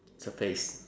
surface